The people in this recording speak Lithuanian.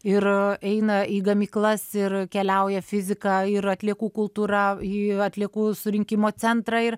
ir eina į gamyklas ir keliauja fiziką ir atliekų kultūra į atliekų surinkimo centrą ir